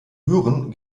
büren